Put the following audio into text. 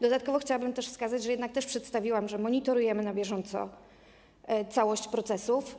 Dodatkowo chciałabym też wskazać, że jednak przedstawiłam, że monitorujemy na bieżąco całość procesów.